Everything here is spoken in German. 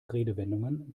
redewendungen